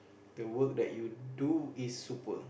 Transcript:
the work that you do is super